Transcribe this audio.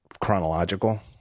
chronological